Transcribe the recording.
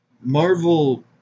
Marvel